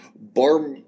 Bar